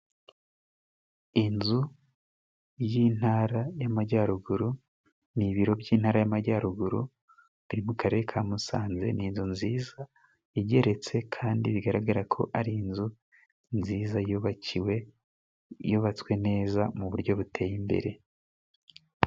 Inzu y'intara y'amajyaruguru, ni ibiro by'intara y'amajyaruguru biri mu karere ka Musanze. Ni inzu nziza igeretse kandi bigaragara ko ari inzu nziza yubakiwe, yubatswe neza mu buryo buteye imbere.